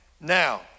Now